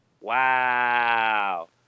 Wow